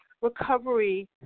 recovery